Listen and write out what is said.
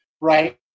right